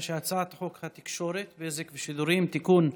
ההצעה להעביר את הצעת חוק התקשורת (בזק ושידורים) (תיקון מס'